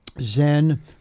Zen